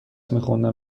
میخوندم